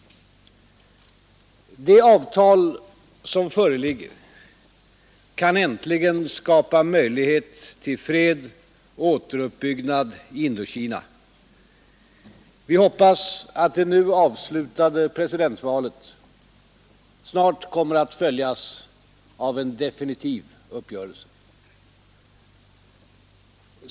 Det avtal som föreligger kan äntligen skapa möjlighet till fred och återuppbyggnad i Indokina. Vi hoppas att det nu avslutade presidentvalet inom kort kommer att följas av en definitiv uppgörelse.